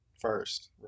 first